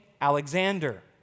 Alexander